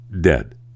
dead